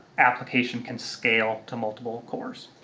application can scale to multiple cores.